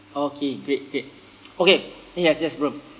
okay great great okay yes yes bro